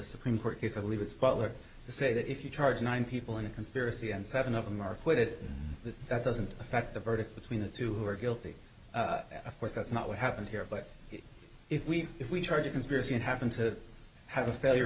supreme court case i believe it's public to say that if you charge nine people in a conspiracy and seven of them are quoted that that doesn't affect the verdict between the two who are guilty of course that's not what happened here but if we if we charge a conspiracy and happen to have a failure